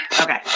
Okay